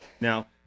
now